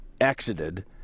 exited—